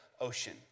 ocean